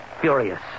Furious